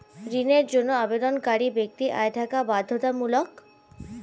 ঋণের জন্য আবেদনকারী ব্যক্তি আয় থাকা কি বাধ্যতামূলক?